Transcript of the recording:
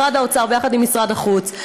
משרד האוצר יחד עם משרד החוץ,